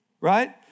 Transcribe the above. right